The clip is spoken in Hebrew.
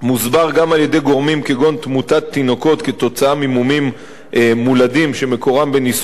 על-ידי גורמים כגון תמותת תינוקות ממומים מולדים שמקורם בנישואי קרובים,